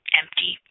empty